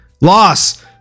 loss